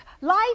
Life